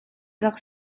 rak